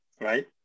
right